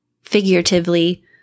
figuratively